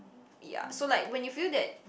ya so like when you feel that